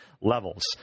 levels